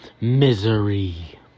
Misery